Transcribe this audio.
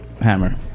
Hammer